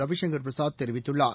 ரவிசங்கர் பிரசாத் தெரிவித்துள்ளார்